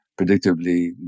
predictably